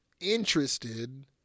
interested